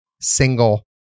single